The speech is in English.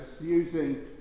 using